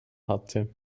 hatte